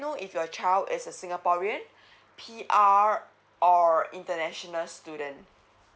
know if your child is a singaporean P_R or international student